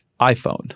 iPhone